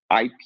IP